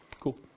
Cool